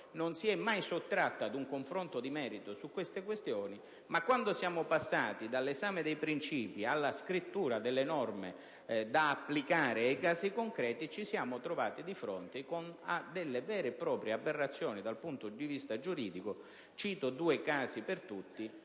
non si sono mai sottratti ad un confronto di merito su tali questioni) ma quando siamo passati dall'esame dei princìpi alla scrittura delle norme da applicare ai casi concreti, ci siamo trovati di fronte a vere e proprie aberrazioni dal punto di vista giuridico. Cito due casi per tutti: